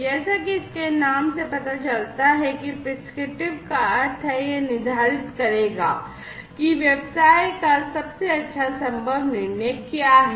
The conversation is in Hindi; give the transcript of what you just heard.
जैसा कि इसके नाम से पता चलता है कि प्रिस्क्रिप्टिव का अर्थ है कि यह निर्धारित करेगा कि व्यवसाय का सबसे अच्छा संभव निर्णय क्या है